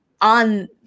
on